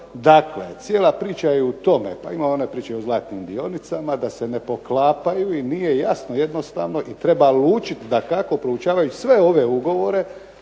Dakle, cijela priča je u tome, pa ima ona priča o zlatnim dionicama da se ne poklapaju i nije jasno jednostavno i treba lučiti, dakako proučavajući sve ove ugovore